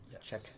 Check